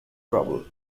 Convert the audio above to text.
trouble